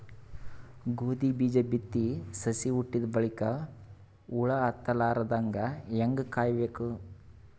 ಗೋಧಿ ಬೀಜ ಬಿತ್ತಿ ಸಸಿ ಹುಟ್ಟಿದ ಬಲಿಕ ಹುಳ ಹತ್ತಲಾರದಂಗ ಹೇಂಗ ಕಾಯಬೇಕು?